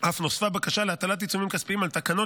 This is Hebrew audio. אף נוספה בקשה להטלת עיצומים כספיים על תקנות